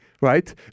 right